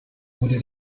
wurde